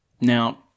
Now